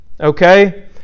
okay